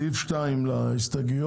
סעיף 2 להסתייגויות.